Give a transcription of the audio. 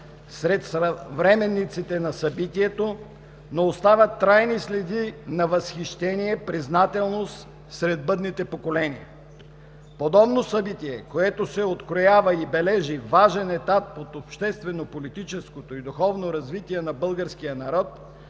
сред съвременниците на събитието, но оставят трайни следи на възхищение и признателност сред бъдните поколения. Подобно събитие, което се откроява и бележи важен етап от обществено-политическото и духовно развитие на българския народ,